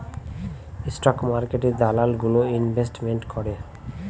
stock মার্কেটে দালাল গুলো ইনভেস্টমেন্ট করে